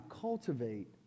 cultivate